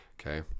Okay